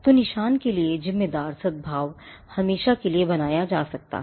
तो निशान के लिए जिम्मेदार सद्भाव हमेशा के लिए बनाए रखा जा सकता है